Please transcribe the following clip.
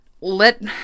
let